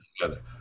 together